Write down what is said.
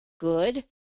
good